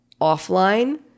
offline